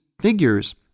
figures